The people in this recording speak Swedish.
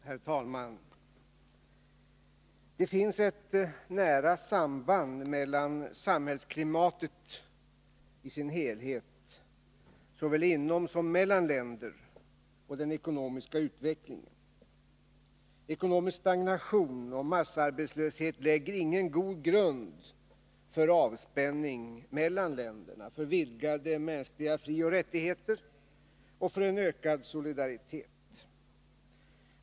Herr talman! Det finns ett nära samband mellan samhällsklimatet i dess helhet — såväl inom som mellan länder — och den ekonomiska utvecklingen. Ekonomisk stagnation och massarbetslöshet lägger ingen god grund för avspänning mellan länderna, för vidgade mänskliga frioch rättigheter och för en ökad solidaritet.